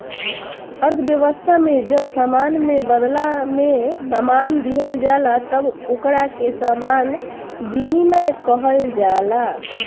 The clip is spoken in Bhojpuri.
अर्थव्यवस्था में जब सामान के बादला में सामान दीहल जाला तब ओकरा के सामान विनिमय कहल जाला